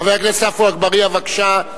חבר הכנסת עפו אגבאריה, בבקשה.